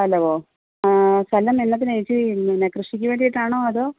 hello ആ സ്ഥലം എന്നാത്തിനാ ചേച്ചീ പിന്നെ കൃഷിക്ക് വേണ്ടീട്ടാണോ അതോ